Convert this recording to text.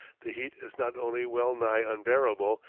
the heat is not only well-nigh unbearable,